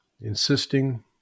insisting